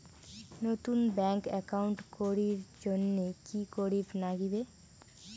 নতুন bank account করির জন্যে কি করিব নাগিবে?